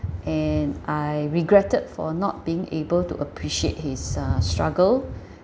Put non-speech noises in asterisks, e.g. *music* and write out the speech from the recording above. and I regretted for not being able to appreciate his uh struggle *breath*